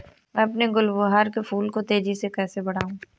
मैं अपने गुलवहार के फूल को तेजी से कैसे बढाऊं?